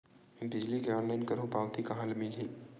बिजली के ऑनलाइन करहु पावती कहां ले मिलही?